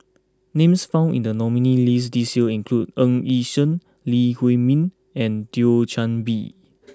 names found in the nominees' list this year include Ng Yi Sheng Lee Huei Min and Thio Chan Bee